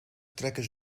trekken